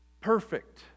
perfect